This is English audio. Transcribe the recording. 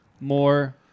more